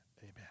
Amen